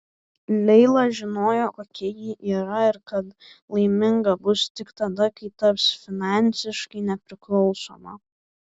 leila žinojo kokia ji yra ir kad laiminga bus tik tada kai taps finansiškai nepriklausoma